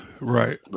Right